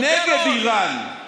האם את מגנה את המאבק